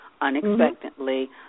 unexpectedly